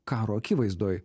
karo akivaizdoj